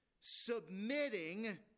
submitting